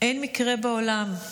אין מקרה בעולם,